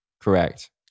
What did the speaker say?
Correct